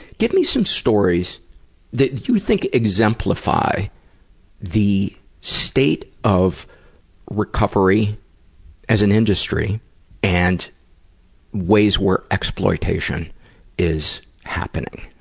give me some stories that you think exemplify the state of recovery as an industry and ways where exploitation is happening.